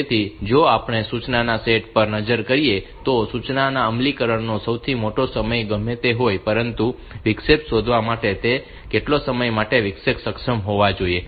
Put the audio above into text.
તેથી જો આપણે સૂચનાના સેટ પર નજર કરીએ તો સૂચના અમલીકરણનો સૌથી મોટો સમય ગમે તે હોય પરંતુ વિક્ષેપ શોધવા માટે તેટલા સમય માટે વિક્ષેપ સક્ષમ હોવો જોઈએ